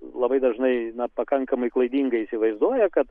labai dažnai na pakankamai klaidingai įsivaizduoja kad